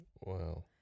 Wow